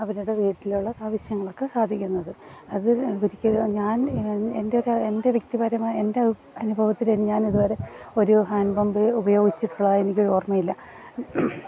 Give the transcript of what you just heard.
അവരുടെ വീട്ടിലുള്ള ആവശ്യങ്ങളൊക്കെ സാധിക്കുന്നത് അത് ഒരിക്കലും ഞാൻ എൻ്റെതായ എൻ്റെ വ്യക്തിപരമായ എൻ്റെ അനുഭവത്തിൽ ഞാനിതുവരെ ഒരു ഹാൻഡ് പമ്പ് ഉപയോഗിച്ചിട്ടുള്ളതായി എനിക്കൊരു ഓർമ്മയില്ല